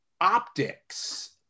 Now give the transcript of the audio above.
optics